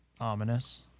ominous